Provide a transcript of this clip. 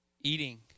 eating